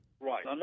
Right